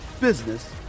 business